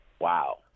Wow